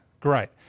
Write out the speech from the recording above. Great